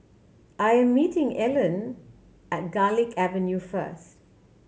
I am meeting Elon at Garlick Avenue first